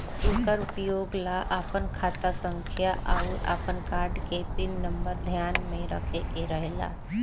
एकर उपयोग ला आपन खाता संख्या आउर आपन कार्ड के पिन नम्बर ध्यान में रखे के रहेला